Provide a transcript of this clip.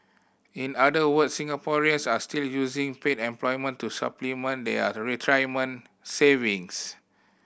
in other words Singaporeans are still using paid employment to supplement their retirement savings